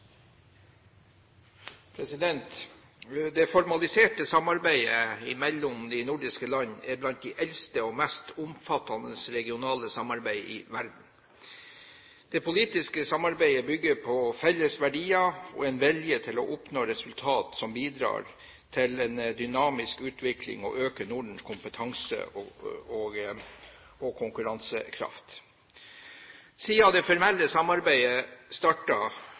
blant de eldste og mest omfattende regionale samarbeid i verden. Det politiske samarbeidet bygger på felles verdier og en vilje til å oppnå resultater som bidrar til en dynamisk utvikling og øker Nordens kompetanse og konkurransekraft. Siden det formelle samarbeidet